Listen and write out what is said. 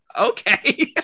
okay